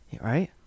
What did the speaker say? Right